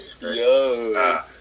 yo